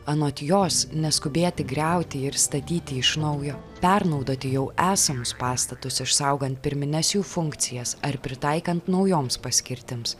anot jos neskubėti griauti ir statyti iš naujo pernaudoti jau esamus pastatus išsaugant pirmines jų funkcijas ar pritaikant naujoms paskirtims